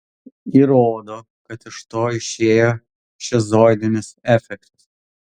įrodo kad iš to išėjo šizoidinis efektas